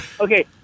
Okay